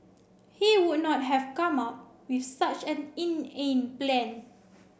he would not have come up with such an inane plan